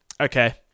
okay